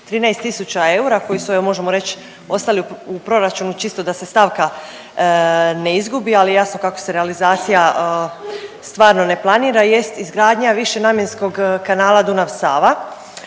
13000 eura koji su evo možemo reći ostali u proračunu čisto da se stavka ne izgubi. Ali je jasno kako se realizacija stvarno ne planira jest izgradnja višenamjenskog kanala Dunav – Sava